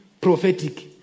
prophetic